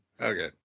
okay